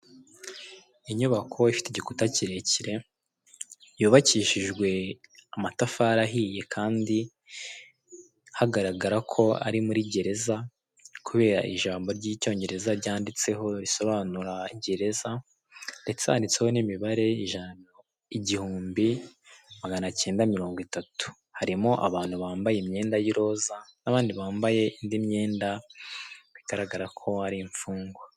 Inyubako ifite igikuta kirekire yubakishijwe amatafari ahiye kandi hagaragara ko ari muri gereza kubera ijambo ry'icyongereza ryanditseho risobanura gereza ndetse handitseho n'imibare igihumbi magana cyenda mirongo itatu harimo abantu bambaye imyenda y'iroza n'abandi bambaye imyenda bigaragara ko ari imfungwa.